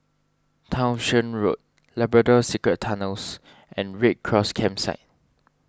Townshend Road Labrador Secret Tunnels and Red Cross Campsite